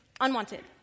unwanted